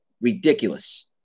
ridiculous